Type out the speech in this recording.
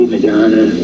Madonna